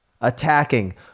attacking